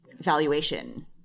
valuation